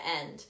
end